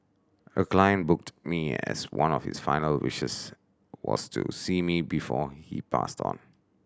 a client booked me as one of his final wishes was to see me before he passed on